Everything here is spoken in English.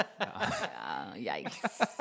Yikes